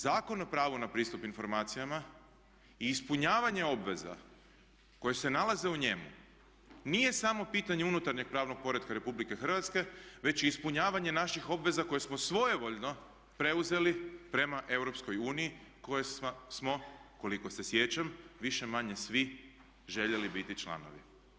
Zakon o pravu na pristup informacijama i ispunjavanje obaveza koje se nalaze u njemu nije samo pitanje unutarnjeg pravnog poretka RH već i ispunjavanje naših obveza koje smo svojevoljno preuzeli prema EU koje smo koliko se sjećam više-manje svi željeli biti članovi.